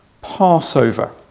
Passover